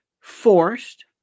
forced